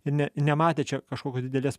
ne nematė čia kažkokios didelės